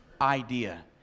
idea